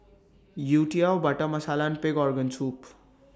Youtiao Butter Masala and Pig Organ Soup